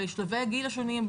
לשלבי גיל השונים,